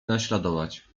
naśladować